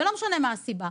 ולא משנה מה הסיבה.